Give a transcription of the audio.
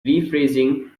rephrasing